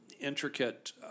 intricate